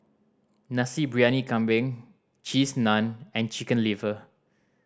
Nasi Briyani Kambing Cheese Naan and Chicken Liver